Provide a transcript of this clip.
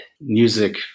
music